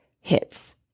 hits